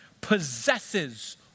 possesses